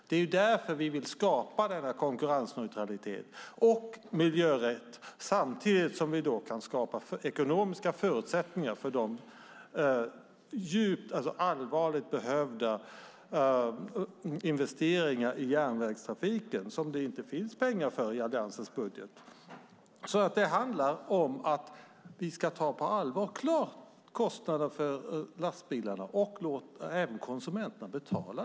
Det är därför vi vill skapa denna konkurrensneutralitet och miljörätt samtidigt som vi kan skapa ekonomiska förutsättningar för de investeringar i järnvägstrafiken som behövs men som det inte finns pengar för i Alliansens budget. Det handlar om att ta kostnaden för lastbilarna på allvar och låta konsumenterna betala.